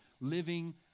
living